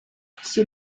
всі